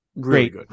great